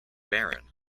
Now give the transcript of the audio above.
barren